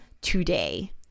today